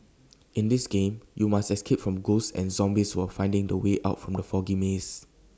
in this game you must escape from ghosts and zombies while finding the way out from the foggy maze